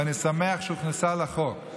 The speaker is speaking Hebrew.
ואני שמח שהוכנסה לחוק.